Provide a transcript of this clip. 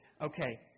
Okay